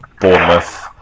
Bournemouth